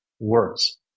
words